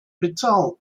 bezahlt